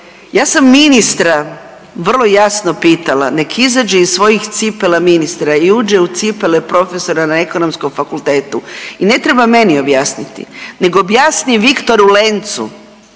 ja sam ministra vrlo jasno pitala nek izađe iz svojih cipela ministra i uđe u cipele profesora na Ekonomskom fakultetu i ne treba meni objasniti, nek objasni Viktoru Lencu